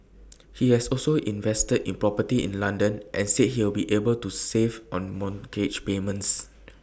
he has also invested in property in London and said he will be able to save on mortgage payments